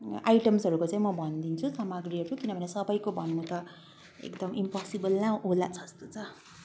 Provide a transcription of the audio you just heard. आइटम्सहरूको चाहिँ म भन्दिन्छुँ सामग्रीहरू किनभने सबैको भन्न त एकदम इम्पोसिबल नै होला जस्तो छ